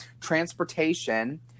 transportation